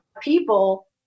people